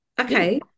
okay